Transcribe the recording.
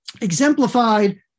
Exemplified